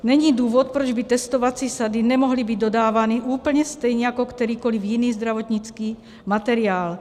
Není důvod, proč by testovací sady nemohly být dodávány úplně stejně jako kterýkoliv jiný zdravotnický materiál.